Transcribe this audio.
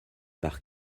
par